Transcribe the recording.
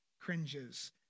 cringes